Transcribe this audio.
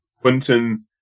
Quinton